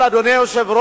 אבל, אדוני היושב-ראש,